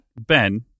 Ben